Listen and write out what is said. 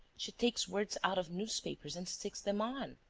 she takes words out of newspapers and sticks them on.